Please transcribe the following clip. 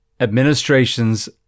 administrations